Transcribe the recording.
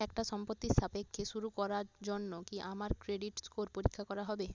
একটা সম্পত্তির সাপেক্ষে শুরু করার জন্য কি আমার ক্রেডিট স্কোর পরীক্ষা করা হবে